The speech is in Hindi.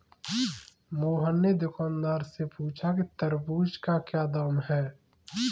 मोहन ने दुकानदार से पूछा कि तरबूज़ का क्या दाम है?